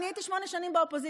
אני הייתי שמונה שנים באופוזיציה,